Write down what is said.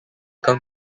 come